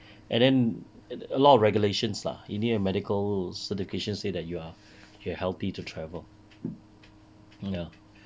and then a lot of regulations lah you need a medical certification say that you are you are healthy to travel mm ya